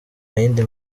yindi